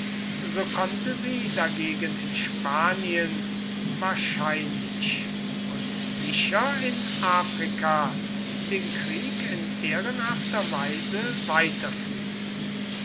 so konnte sie dagegen in spanien wahrscheinlich und sicher in afrika den krieg in ehrenhafter weise weiterführen